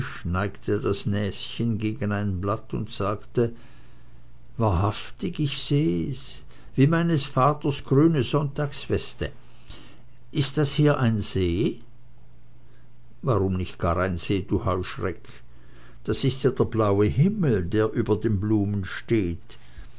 neigte das näschen gegen ein blatt und sagte wahrhaftig ja ich seh's wie meines vaters grüne sonntagsweste ist das hier ein see warum nicht gar ein see du heuschreck das ist ja der blaue himmel der über den bäumen steht